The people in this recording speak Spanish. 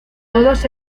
todos